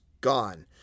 gone